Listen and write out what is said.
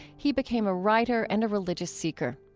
he became a writer and a religious seeker.